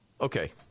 Okay